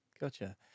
Gotcha